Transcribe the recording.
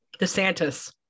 DeSantis